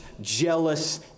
jealous